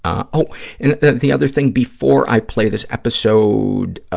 ah oh, and the other thing, before i play this episode,